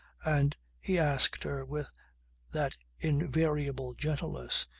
and he asked her with that invariable gentleness,